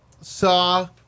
saw